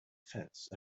fence